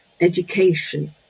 education